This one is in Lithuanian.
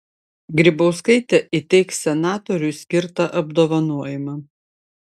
grybauskaitė įteiks senatoriui skirtą apdovanojimą